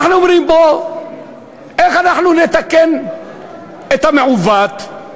אנחנו אומרים: איך נתקן את המעוות.